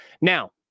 Now